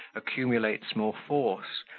accumulates more force,